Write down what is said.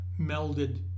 melded